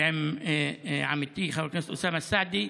ועם עמיתי חבר הכנסת אוסאמה סעדי,